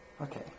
Okay